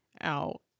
out